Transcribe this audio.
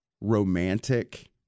romantic